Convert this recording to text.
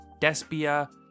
despia